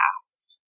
past